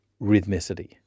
rhythmicity